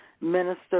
Minister